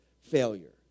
failure